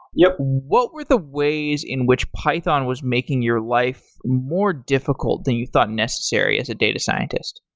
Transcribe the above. yup. what were the ways in which python was making your life more difficult than you thought necessary as a data scientist?